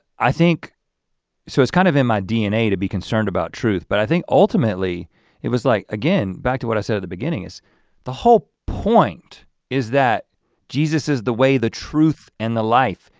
i think so it's kind of in my dna to be concerned about truth. but i think ultimately it was like again, back to what i said at the beginning, is the whole point is that jesus is the way, the truth and the life.